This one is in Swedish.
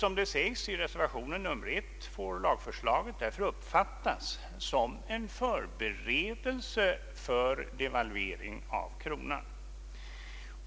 Som det sägs i reservation 1 får lagförslaget därför uppfattas som en förberedelse för devalvering av kronan.